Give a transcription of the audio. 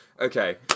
Okay